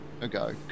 ago